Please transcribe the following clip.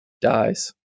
dies